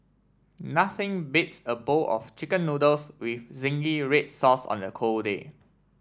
nothing beats a bowl of chicken noodles with zingy red sauce on a cold day